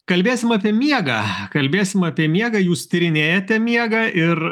kalbėsim apie miegą kalbėsim apie miegą jūs tyrinėjate miegą ir